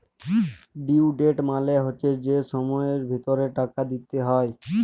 due date মালে হচ্যে যে সময়ের ভিতরে টাকা দিতে হ্যয়